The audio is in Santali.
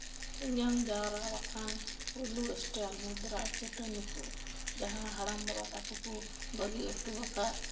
ᱤᱧᱟᱹᱝ ᱡᱟᱣᱨᱟ ᱟᱠᱟᱱ ᱯᱩᱭᱞᱩ ᱥᱴᱮᱢᱯ ᱢᱩᱫᱽᱨᱟ ᱪᱟᱹᱴᱟᱹᱱᱤ ᱠᱚ ᱡᱟᱸᱦᱟ ᱦᱟᱲᱟᱢ ᱵᱟᱵᱟ ᱛᱟᱠᱚ ᱠᱚ ᱵᱟᱹᱜᱤ ᱦᱚᱴᱚ ᱟᱠᱟᱫ